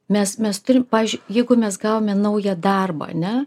mes mes turim pavyzdžiui jeigu mes gavome naują darbą ane